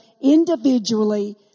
individually